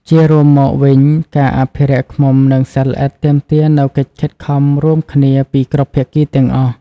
ជារួមមកវិញ ការអភិរក្សឃ្មុំ និងសត្វល្អិតទាមទារនូវកិច្ចខិតខំរួមគ្នាពីគ្រប់ភាគីទាំងអស់។